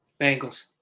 Bengals